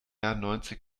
neunzig